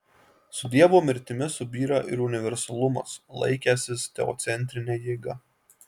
su dievo mirtimi subyra ir universalumas laikęsis teocentrine jėga